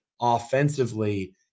offensively